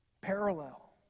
Parallel